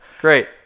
great